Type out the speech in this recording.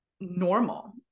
normal